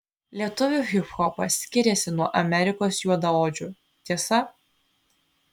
lietuvių hiphopas skiriasi nuo amerikos juodaodžių tiesa